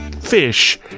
fish